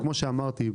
כמו שאמרתי,